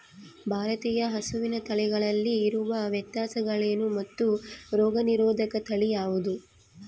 ಭಾರತೇಯ ಹಸುವಿನ ತಳಿಗಳಲ್ಲಿ ಇರುವ ವ್ಯತ್ಯಾಸಗಳೇನು ಮತ್ತು ರೋಗನಿರೋಧಕ ತಳಿ ಯಾವುದು?